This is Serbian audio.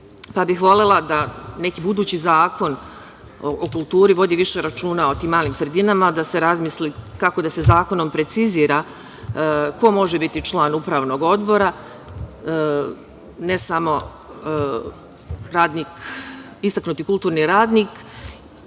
pa bih volela da neki budući zakon o kulturi vodi više računa o tim malim sredinama, da se razmisli kako da se zakonom precizira ko može biti član upravnog odbora, ne samo istaknuti kulturni radnik,